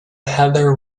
heather